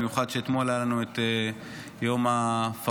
במיוחד שאתמול היה לנו את יום הפרהוד,